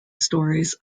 stories